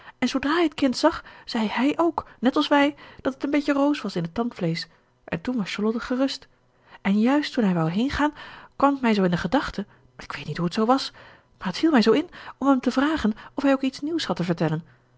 en zoodra hij t kind zag zei hij ook net als wij dat het een beetje roos was in het tandvleesch en toen was charlotte gerust en juist toen hij wou heen gaan kwam t mij zoo in de gedachte ik weet niet hoe t zoo was maar t viel mij zoo in om hem te vragen of hij ook iets nieuws had te vertellen